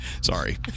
Sorry